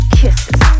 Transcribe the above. kisses